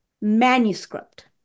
manuscript